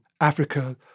Africa